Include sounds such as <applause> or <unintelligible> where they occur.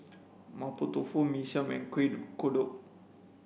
Mapo Tofu Mee Siam Kueh <unintelligible> Kodok